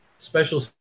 special